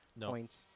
points